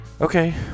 Okay